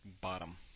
bottom